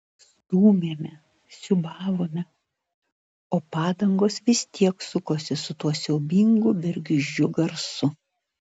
stūmėme siūbavome o padangos vis tiek sukosi su tuo siaubingu bergždžiu garsu